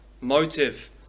motive